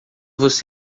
você